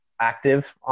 active